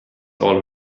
all